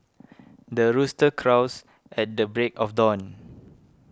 the rooster crows at the break of dawn